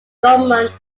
drummond